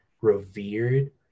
revered